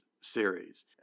series